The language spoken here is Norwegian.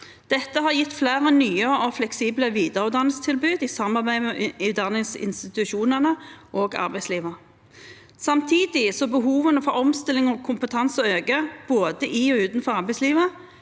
Dette har gitt flere nye og fleksible videreutdanningstilbud i samarbeid med utdanningsinstitusjonene og arbeidslivet. Samtidig som behovene for omstilling og kompetanse øker både i og utenfor arbeidslivet,